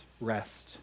rest